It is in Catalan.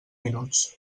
minuts